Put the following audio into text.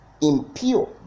impure